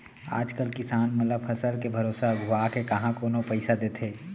आज कल किसान मन ल फसल के भरोसा अघुवाके काँहा कोनो पइसा देथे